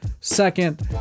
Second